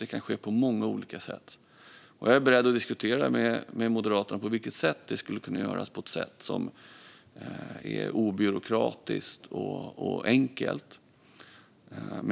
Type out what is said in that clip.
Det kan ske på många olika sätt, och jag är beredd att diskutera med Moderaterna på vilket sätt det skulle kunna göras så att det blir obyråkratiskt och enkelt.